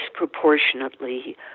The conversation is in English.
disproportionately